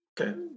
okay